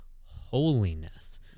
holiness